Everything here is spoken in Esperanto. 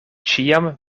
ĉiam